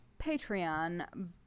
Patreon